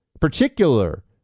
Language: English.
particular